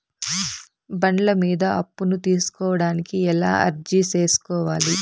బండ్ల మీద అప్పును తీసుకోడానికి ఎలా అర్జీ సేసుకోవాలి?